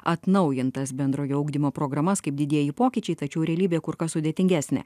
atnaujintas bendrojo ugdymo programas kaip didieji pokyčiai tačiau realybė kur kas sudėtingesnė